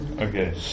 okay